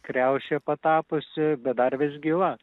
kriaušė patapusi bet dar vis gyva